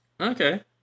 Okay